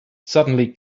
suddenly